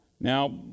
Now